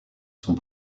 sont